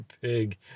big